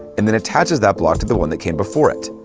and then attaches that block to the one that came before it.